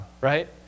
Right